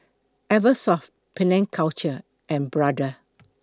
Eversoft Penang Culture and Brother